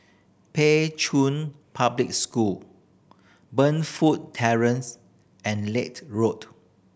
Pei Chun Public School Burnfoot Terrace and Road